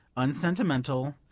unsentimental,